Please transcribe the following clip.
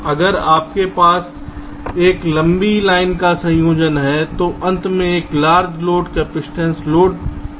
लेकिन अगर आपके पास एक लंबी लाइन का संयोजन है तो अंत में एक लार्ज लोड कैपेसिटिव लोड है